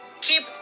Keep